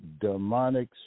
demonic